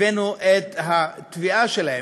הבאנו את התביעה שלהם,